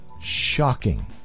shocking